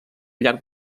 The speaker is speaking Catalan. llarg